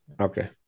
Okay